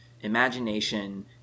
imagination